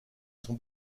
son